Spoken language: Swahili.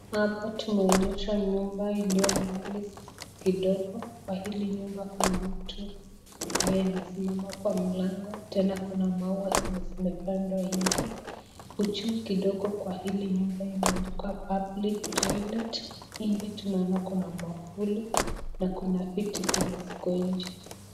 Hapa tunaonyeshwa nyumba iliyo mbali kidogo, kwa hili nyumba kuna mtu ambaye amesimama kwa mlango, tena kuna maua zenye zimepandwa nje, huko juu kidogo kwa hili nyumbwa imeandikwa public toilet , nje tunaona kuna mwavuli na kuna viti zenye ziko nje.